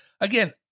again